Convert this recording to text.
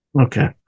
okay